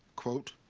quote,